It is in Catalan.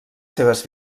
seves